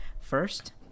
First